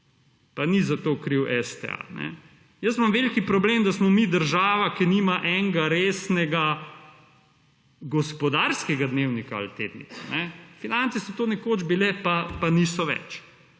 Pa ni za to kriv STA. Jaz imam veliki problem, da smo mi država, ki nima enega resnega gospodarskega dnevnika ali tednika. Finance so to nekoč bile, pa niso več.